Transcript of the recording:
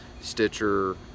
Stitcher